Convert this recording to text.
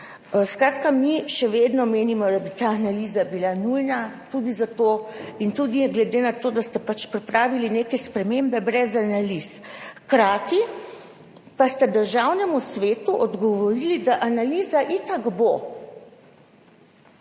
Skratka, mi še vedno menimo, da bi bila ta analiza nujna tudi zato in tudi glede na to, da ste pač pripravili neke spremembe brez analiz, hkrati pa ste Državnemu svetu odgovorili, da analiza itak bo.